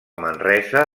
manresa